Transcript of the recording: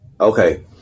Okay